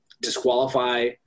disqualify